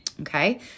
Okay